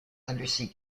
undersea